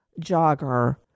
jogger